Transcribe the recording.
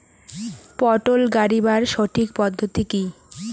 পটল গারিবার সঠিক পদ্ধতি কি?